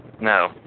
No